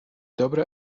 dobre